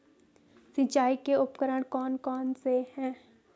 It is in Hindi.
सिंचाई के उपकरण कौन कौन से हैं?